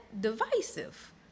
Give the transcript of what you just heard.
divisive